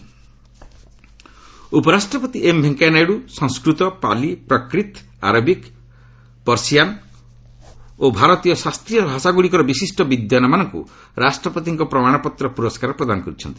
certificate Naidu ଉପରାଷ୍ଟ୍ରପତି M Venkaiah Naidu ସଂସ୍କୃତ ପାଲି ପ୍ରକ୍ରିତ୍ Arabic ପ୍ରସିୟାନ ଓ ଭାରତୀୟ ଶାସ୍ତ୍ରୀୟ ଭାଷାଗୁଡ଼ିକର ବିଶିଷ୍ଟ ବିଦ୍ୱାନମାନଙ୍କୁ ରାଷ୍ଟ୍ରପତିଙ୍କ ପ୍ରମାଣପତ୍ର ପୁରସ୍କାର ପ୍ରଦାନ କରିଛନ୍ତି